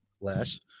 less